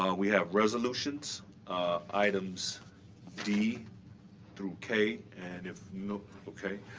um we have resolutions items d through k, and if no ok.